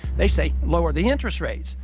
they say lower the interest rates.